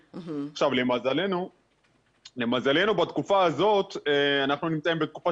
למזלנו בתקופה הזאת אנחנו נמצאים בתקופה